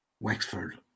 wexford